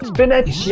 Spinach